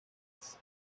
биз